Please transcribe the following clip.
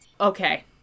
Okay